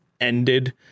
ended